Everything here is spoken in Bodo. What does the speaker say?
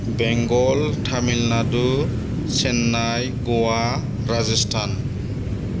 बेंगल टामिलनाडु चेन्नाइ गवा राजस्थान